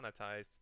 monetized